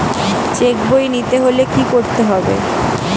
Check বই নিতে হলে কি করতে হবে?